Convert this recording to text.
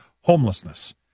homelessness